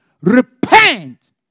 Repent